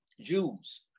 Jews